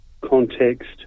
context